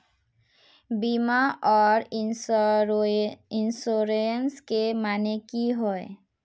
बीमा आर इंश्योरेंस के माने की होय?